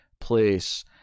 place